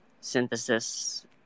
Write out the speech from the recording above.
synthesis